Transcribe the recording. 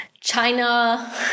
China